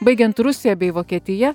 baigiant rusija bei vokietija